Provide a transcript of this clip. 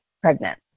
pregnant